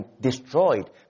destroyed